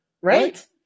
Right